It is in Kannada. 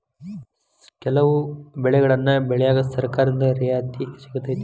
ಕೆಲವು ಬೆಳೆಗನ್ನಾ ಬೆಳ್ಯಾಕ ಸರ್ಕಾರದಿಂದ ರಿಯಾಯಿತಿ ಸಿಗತೈತಿ